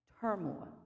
turmoil